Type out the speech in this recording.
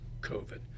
COVID